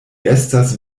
estas